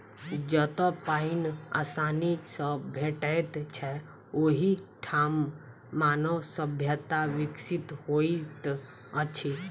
जतअ पाइन आसानी सॅ भेटैत छै, ओहि ठाम मानव सभ्यता विकसित होइत अछि